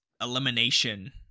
elimination